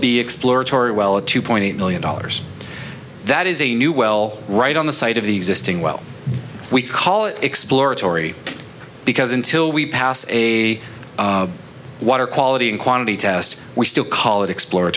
be exploratory well a two point eight million dollars that is a new well right on the side of the existing well we call it exploratory because until we pass a water quality and quantity test we still call it explo